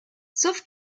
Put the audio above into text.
sauf